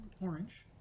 Orange